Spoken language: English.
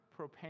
propane